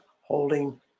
holding